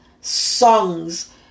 songs